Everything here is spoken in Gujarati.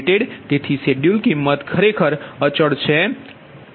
તેથી શેડ્યૂલ કિંમત ખરેખર અચલ છે